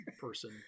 person